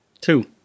Two